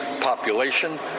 population